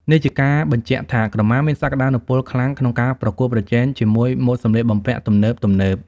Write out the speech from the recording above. នេះជាការបញ្ជាក់ថា ក្រមាមានសក្តានុពលខ្លាំងក្នុងការប្រកួតប្រជែងជាមួយម៉ូដសម្លៀកបំពាក់ទំនើបៗ។